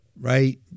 right